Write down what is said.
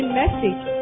message